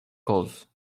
cause